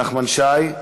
נחמן שי,